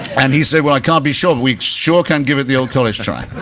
and he said, well, i can't be sure. we sure can give it the old college try.